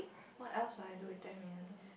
what else should I do with ten million